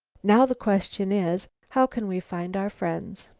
now the question is, how can we find our friends?